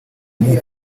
n’iyi